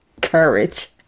courage